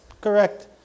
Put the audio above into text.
Correct